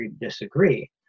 disagree